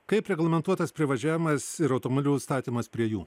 kaip reglamentuotas privažiavimas ir automobilių statymas prie jų